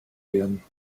werden